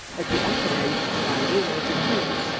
at the upper end of the valley rose a hill,